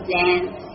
dance